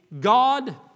God